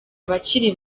abakiri